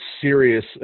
serious